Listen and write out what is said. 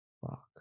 Fuck